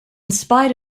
spite